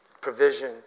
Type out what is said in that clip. Provision